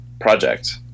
project